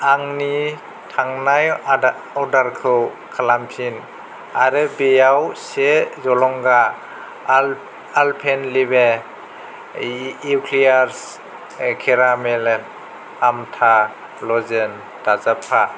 आंनि थांनाय अर्डारखौ खालामफिन आरो बेयाव से जलंगा आल्पेनलिबे इक्लैयार्स केरामेल आमथा लजेन दाजाबफा